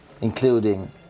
including